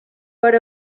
per